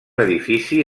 edifici